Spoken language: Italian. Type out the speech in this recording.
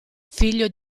figlio